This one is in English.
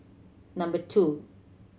number two